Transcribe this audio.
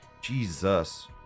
Jesus